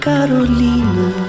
Carolina